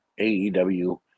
AEW